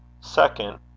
Second